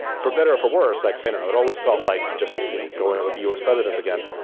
for better or for worse, like and and it always felt like, just you know going over the us presidents again,